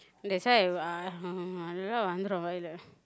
that's why uh